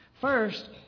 First